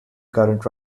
current